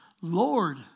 Lord